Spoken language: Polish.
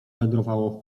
wędrowało